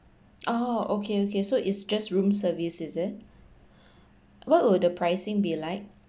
oh okay okay so it's just room service is it what would the pricing be like